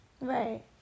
Right